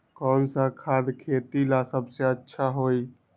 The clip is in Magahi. कौन सा खाद खेती ला सबसे अच्छा होई?